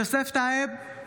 יוסף טייב,